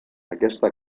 aquesta